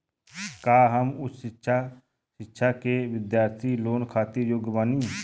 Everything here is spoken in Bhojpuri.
का हम उच्च शिक्षा के बिद्यार्थी लोन खातिर योग्य बानी?